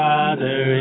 Father